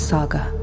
Saga